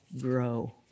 grow